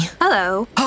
Hello